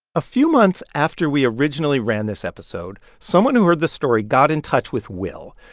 ah few months after we originally ran this episode, someone who heard the story got in touch with will,